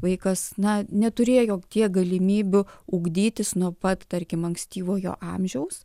vaikas na neturėjo tiek galimybių ugdytis nuo pat tarkim ankstyvojo amžiaus